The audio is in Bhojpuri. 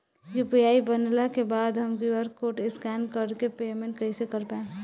यू.पी.आई बनला के बाद हम क्यू.आर कोड स्कैन कर के पेमेंट कइसे कर पाएम?